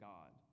God